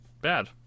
bad